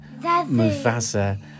Mufasa